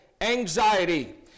anxiety